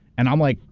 and i'm like.